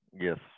Yes